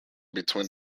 between